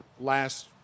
last